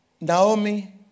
Naomi